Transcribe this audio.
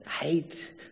hate